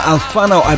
Alfano